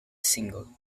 single